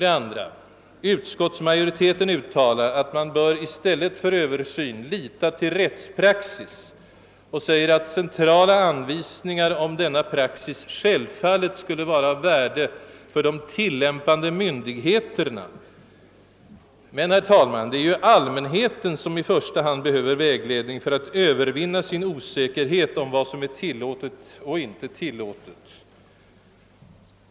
2) Utskottsmajoriteten uttalar att man i stället för översyn bör lita till rättspraxis och framhåller att centrala anvisningar om denna praxis självfallet skulle vara av värde för de tillämpande myndigheterna. Men, herr talman, det är ju allmänheten som i första hand behöver vägledning för att övervinna sin osäkerhet om vad som är tillåtet och inte tillåtet.